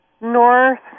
North